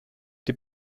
die